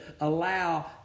allow